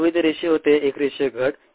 पूर्वी ते रेषीय होते एक रेषीय घट